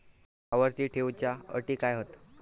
आवर्ती ठेव च्यो अटी काय हत?